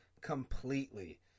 completely